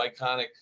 iconic